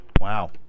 Wow